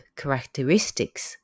characteristics